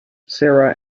sarah